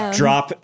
drop